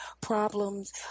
problems